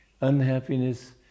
Unhappiness